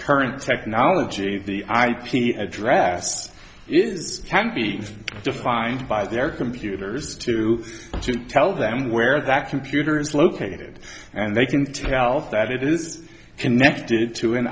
current technology the ip address is can be defined by their computers too to tell them where that computer is located and they can tell that it is connected to